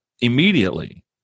immediately